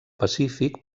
pacífic